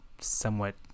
somewhat